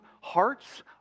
hearts